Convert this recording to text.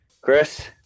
Chris